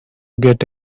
get